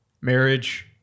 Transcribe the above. marriage